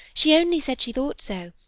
she only said she thought so.